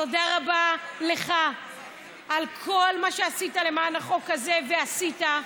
תודה רבה לך על כל מה שעשית למען החוק, ועשית.